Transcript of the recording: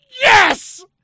Yes